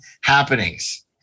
happenings